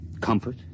Comfort